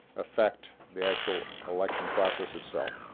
affect the actual election process itself.